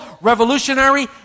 revolutionary